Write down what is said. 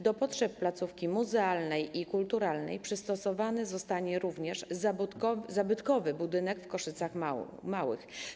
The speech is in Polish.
Do potrzeb placówki muzealnej i kulturalnej przystosowany zostanie również zabytkowy budynek w Koszycach Małych.